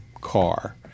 car